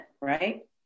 right